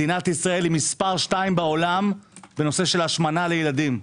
מדינת ישראל היא מס' 2 בעולם בנושא של השמנה לילדים.